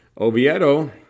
Oviedo